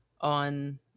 on